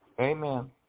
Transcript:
Amen